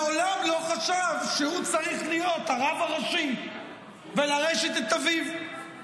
מעולם לא חשב שהוא צריך להיות הרב הראשי ולרשת את אביו.